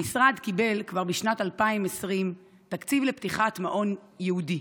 המשרד קיבל כבר בשנת 2020 תקציב לפתיחת מעון ייעודי.